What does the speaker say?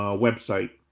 ah website,